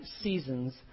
seasons